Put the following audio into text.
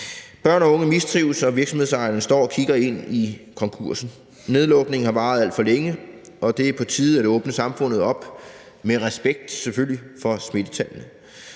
Børn og unge mistrives, og virksomhedsejerne står og kigger ind konkursen. Nedlukningen har varet alt for længe, og det er på tide at åbne samfundet op med respekt, selvfølgelig, for smittetallene.